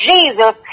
Jesus